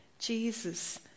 Jesus